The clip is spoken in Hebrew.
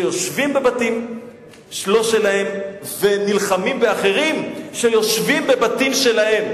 שיושבים בבתים לא שלהם ונלחמים באחרים שיושבים בבתים שלהם.